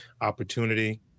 Opportunity